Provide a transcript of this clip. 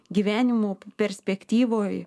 gyvenimo perspektyvoj